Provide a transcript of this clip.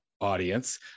audience